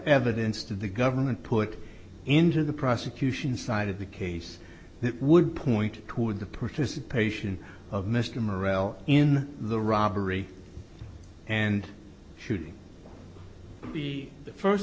evidence to the government put into the prosecution side of the case that would point toward the participation of mr morel in the robbery and shooting be the first